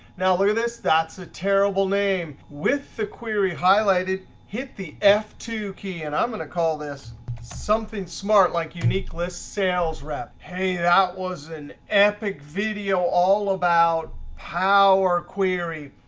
now look at this. that's a terrible name. with the query highlighted, hit the f two key. and i'm going to call this something smart, like unique list sales rep. hey, that was an epic video all about power query.